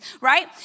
right